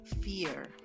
fear